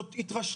גם מבני התרבות,